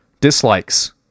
dislikes